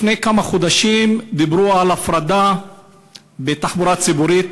לפני כמה חודשים דיברו על הפרדה בתחבורה ציבורית